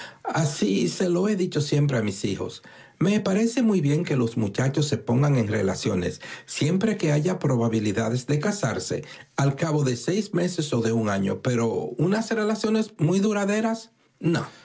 así se lo he dicho siempre a mis hijos me parece muy bien que los muchachos se pongan en relaciones siempre que haya probabilidades de casarse al cabo de seis meses o de un año pero unas relaciones muy duraderas sí